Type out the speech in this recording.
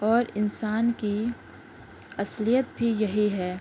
اور انسان کی اصلیت بھی یہی ہے